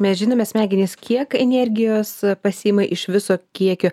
mes žinome smegenys kiek energijos pasiima iš viso kiekio